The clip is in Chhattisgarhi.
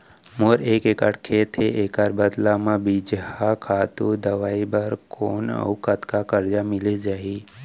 मोर एक एक्कड़ खेत हे, एखर बदला म बीजहा, खातू, दवई बर कोन अऊ कतका करजा मिलिस जाही?